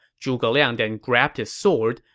zhuge liang then grabbed his sword,